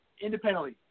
independently